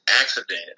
accident